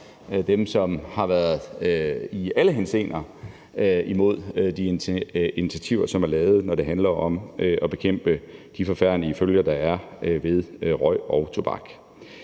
dem, som i alle henseender har været imod de initiativer, som er lavet, når det handler om at bekæmpe de forfærdelige følger, der er ved røg og tobak.